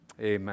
Amen